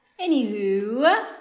Anywho